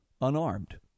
unarmed